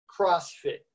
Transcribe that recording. CrossFit